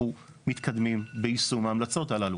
ואנחנו מתקדמים ביישום ההמלצות הללו.